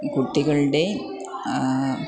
കുട്ടികളുടെ